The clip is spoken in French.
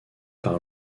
par